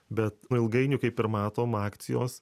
bet ilgainiui kaip ir matom akcijos